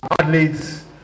athletes